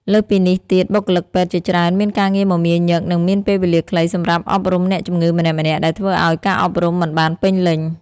លើសពីនេះទៀត បុគ្គលិកពេទ្យជាច្រើនមានការងារមមាញឹកនិងមានពេលវេលាខ្លីសម្រាប់អប់រំអ្នកជំងឺម្នាក់ៗ ដែលធ្វើឱ្យការអប់រំមិនបានពេញលេញ។